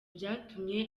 byatumye